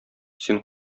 син